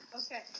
okay